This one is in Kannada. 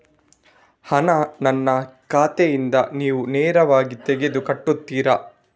ಹಣ ನನ್ನ ಖಾತೆಯಿಂದ ನೀವು ನೇರವಾಗಿ ತೆಗೆದು ಕಟ್ಟುತ್ತೀರ?